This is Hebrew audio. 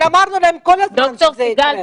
אבל אמרנו להם כל הזמן שזה יקרה.